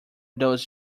those